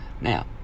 Now